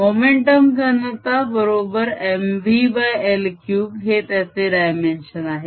time momentum घनता बरोबर MvL3 हे त्याचे डायमेन्शन आहे